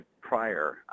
prior